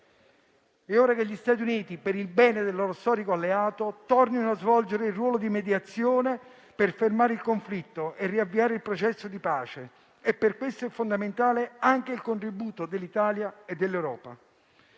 È ora che gli Stati Uniti, per il bene del loro storico alleato, tornino a svolgere un ruolo di mediazione per fermare il conflitto e riavviare il processo di pace. Per questo è fondamentale anche il contributo dell'Italia e dell'Europa.